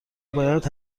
باید